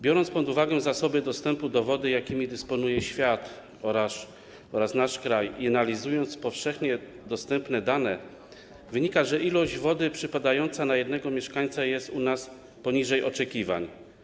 Biorąc pod uwagę zasoby wody, jakimi dysponuje świat oraz nasz kraj i analizując powszechnie dostępne dane, widzimy, że ilość wody przypadająca na jednego mieszkańca jest u nas poniżej oczekiwań.